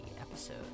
episode